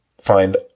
find